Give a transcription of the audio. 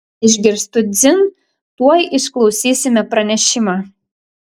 išgirstu dzin tuoj išklausysime pranešimą